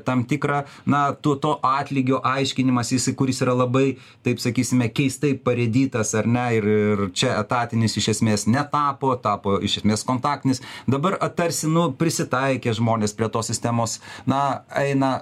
tam tikrą na tų to atlygio aiškinimąs kuris yra labai taip sakysime keistai parėditas ar ne ir ir čia etatinis iš esmės netapo tapo iš esmės kontaktinis dabar tarsi nu prisitaikė žmonės prie tos sistemos na eina